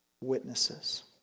witnesses